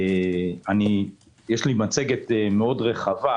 יש לי מצגת רחבה